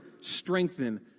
strengthen